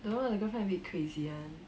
don't know the girlfriend a bit crazy one